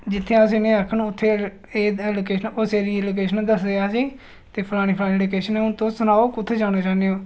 ते जित्थै अस इ'नें ई आखन उत्थै एह् लोकेशन दस्सदे असें गी ते फलानी फलानी लोकेशन ते हून सनाओ कुत्थै जाना चाह्न्ने तुस